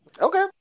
Okay